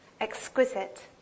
Exquisite